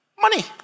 Money